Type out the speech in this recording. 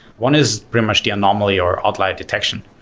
one is pretty much the anomaly or outlier detection.